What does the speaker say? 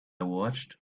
watched